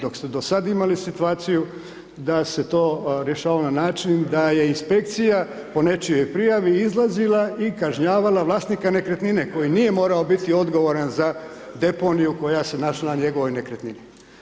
Dok ste do sada imali situaciju da se to rješava na način da je inspekcija po nečijoj prijavi izlazila i kažnjavala vlasnika nekretnine koji nije morao biti odgovoran za deponiju koja se našla na njegovoj nekretnini.